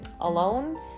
alone